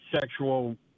sexual